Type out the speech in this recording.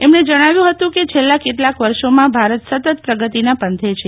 એમણે જણાવ્યું હતું કે છેલ્લા કેટલાંક વર્ષોમાં ભારત સતત પ્રગતિના પંથે છે